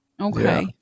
Okay